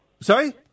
Sorry